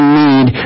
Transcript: need